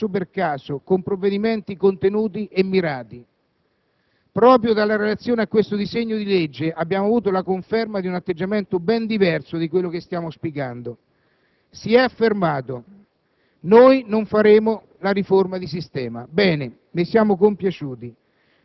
Avevamo proposto di razionalizzare la legislazione vigente e di intervenire, caso per caso, con provvedimenti contenuti e mirati. Proprio dalla relazione a questo disegno di legge abbiamo avuto la conferma di un atteggiamento ben diverso da quello che stiamo auspicando. Si è affermato: